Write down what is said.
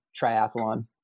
triathlon